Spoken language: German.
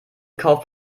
kauft